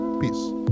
peace